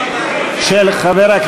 של חבר